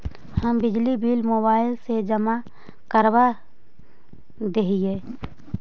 हम बिजली bill mobile से जमा करवा देहियै?